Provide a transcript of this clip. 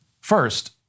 First